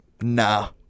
nah